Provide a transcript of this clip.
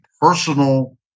personal